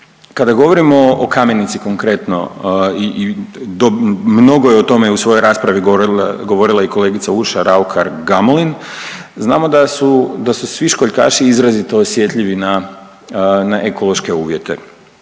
kada govorimo o kamenici konkretno i mnogo je o tome u svojoj raspravi govorila i kolegica Urša Raukar Gamulin, znamo da su svi školjkaši izrazito osjetljivi na, na ekološke uvjete.